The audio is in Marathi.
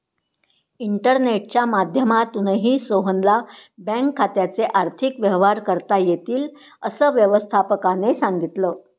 इंटरनेटच्या माध्यमातूनही सोहनला बँक खात्याचे आर्थिक व्यवहार करता येतील, असं व्यवस्थापकाने सांगितले